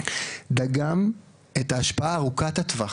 דגמו את השפעת ארוכת הטווח